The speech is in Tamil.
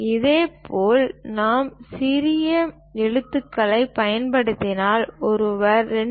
இதேபோல் நாம் சிறிய எழுத்துக்களைப் பயன்படுத்தினால் ஒருவர் 2